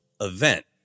event